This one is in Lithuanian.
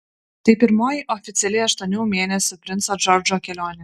tai pirmoji oficiali aštuonių mėnesių princo džordžo kelionė